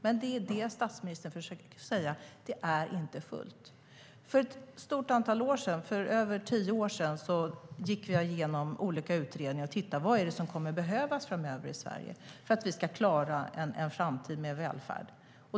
Men statsministern försökte säga att det inte är fullt. För över tio år sedan gick jag igenom olika utredningar för att se vad som kommer att behövas i Sverige framöver för att vi ska klara en framtid med välfärd.